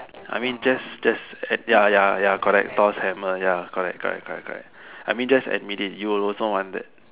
I mean just just ya ya correct tosh hammer ya correct correct correct I mean just admit it you would also want that